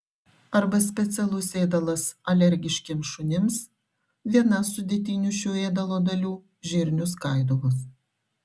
arba specialus ėdalas alergiškiems šunims viena sudėtinių šio ėdalo dalių žirnių skaidulos